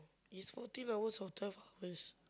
is fourteen hours or twelve hours